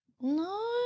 No